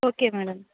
okay madam